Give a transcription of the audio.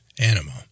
animal